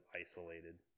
isolated